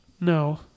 No